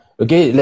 okay